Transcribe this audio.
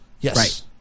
Yes